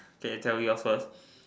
okay tell you first